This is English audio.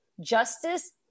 justice